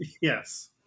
Yes